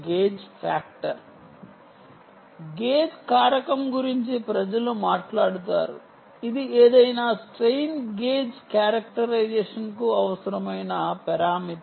gauge కారకం గురించి ప్రజలు మాట్లాడుతారు ఇది ఏదైనా స్ట్రెయిన్ గేజ్ క్యారెక్టరైజేషన్కు అవసరమైన పరామితి